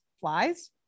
flies